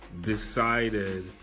decided